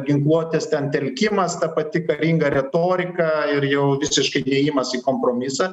ginkluotės ten telkimas ta pati karinga retorika ir jau visiškai nėjimas į kompromisą